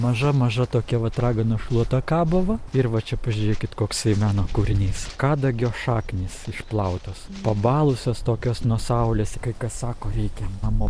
maža maža tokia vat raganos šluota kabo va ir va čia pažiūrėkit koksai meno kūrinys kadagio šaknys išplautos pabalusios tokios nuo saulės kai kas sako reikia namo